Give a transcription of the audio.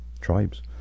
tribes